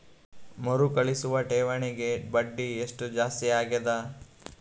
ಮರುಕಳಿಸುವ ಠೇವಣಿಗೆ ಬಡ್ಡಿ ಎಷ್ಟ ಜಾಸ್ತಿ ಆಗೆದ?